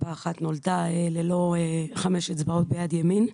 גפה אחת, נולדה ללא חמש אצבעות ביד ימין.